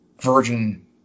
virgin